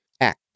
ACT